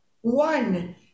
one